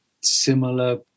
similar